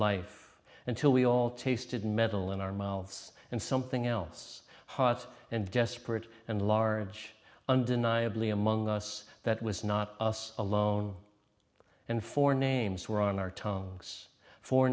life until we all tasted metal in our mouths and something else hot and desperate and large undeniably among us that was not us alone and four names were on our tongues for